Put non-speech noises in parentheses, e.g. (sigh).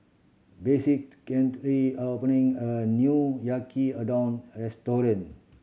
Betsey (unintelligible) opening a new Yaki Udon Restaurant